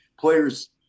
players